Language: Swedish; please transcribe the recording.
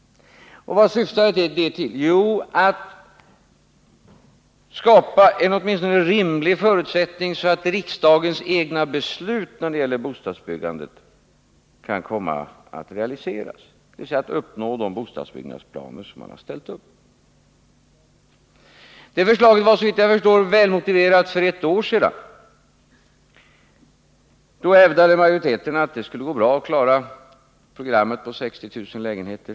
Vad syftade det till? Jo, till att skapa en åtminstone rimlig förutsättning för att riksdagens egna beslut när det gäller bostadsbyggandet kan komma att realiseras, dvs. att uppnå de bostadsbyggnadsplaner som man har ställt upp. Det förslaget var såvitt jag förstår väl motiverat för ett år sedan. Då hävdade majoriteten att det skulle gå bra att klara programmet på 60 000 lägenheter.